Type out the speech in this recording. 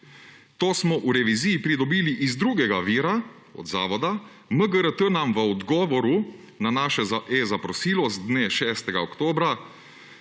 to smo v reviziji pridobili iz drugega vira, od Zavoda, MGRT nam v odgovoru na naše e-zaprosilo z dne 6. oktobra,